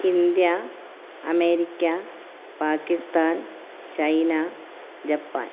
India America Pakistan China Japan